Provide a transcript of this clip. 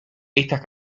estas